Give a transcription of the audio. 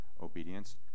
obedience